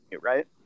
right